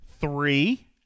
three